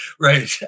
right